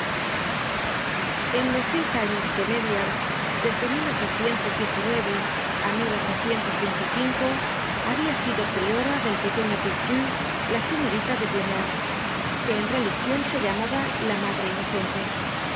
en los seis años que median desde á habia sido priora del pequeño picpus la señorita de blemeur que en religion se llamaba la madre inocente